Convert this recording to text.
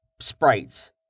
sprites